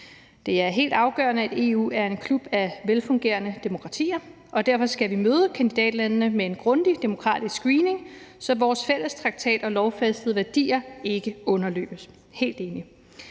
Det er helt afgørende, at EU er en klub af velfungerende demokratier, og derfor skal vi møde kandidatlandene med en grundig demokratisk screening, så vores fælles traktat og lovfæstede værdier ikke underløbes. Det er